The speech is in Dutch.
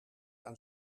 aan